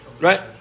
Right